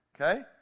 Okay